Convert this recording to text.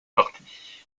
parti